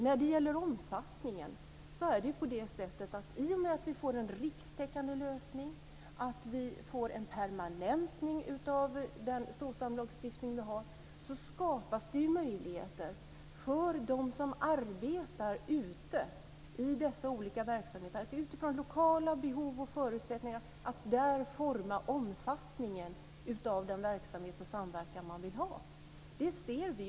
När det gäller omfattningen är det på det sättet, att i och med att vi får en rikstäckande lösning, att vi får en permanentning av den Socsamlagstiftning som vi har, skapas det möjligheter för dem som arbetar ute i dessa olika verksamheter att utifrån lokala behov och förutsättningar där forma omfattningen av den verksamhet och samverkan man vill ha.